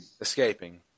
Escaping